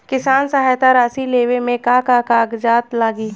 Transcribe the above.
किसान सहायता राशि लेवे में का का कागजात लागी?